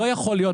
לא יכול להיות.